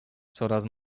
coraz